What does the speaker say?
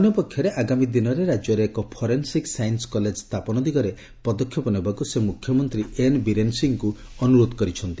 ଅନ୍ୟପକ୍ଷରେ ଆଗାମୀ ଦିନରେ ରାଜ୍ୟରେ ଏକ ଫରେନ୍ସିକ୍ ସାଇନ୍ କଲେଜ ସ୍ଥାପନ ଦିଗରେ ପଦକ୍ଷେପ ନେବାକୃ ସେ ମ୍ରଖ୍ୟମନ୍ତ୍ରୀ ଏନ୍ ବୀରେନ୍ ସିଂହଙ୍କୁ ଅନୁରୋଧ କରିଛନ୍ତି